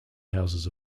houses